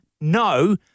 no